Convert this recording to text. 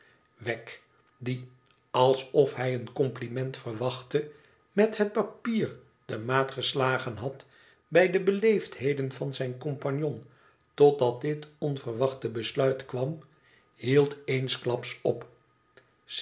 wegg die alsof hijeen compliment verwachtte met het papier de maat geslagen had bij de beleefdheden van zijn compagnon totdat dit onverwachte besluit kwam hield eensklaps op